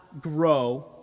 grow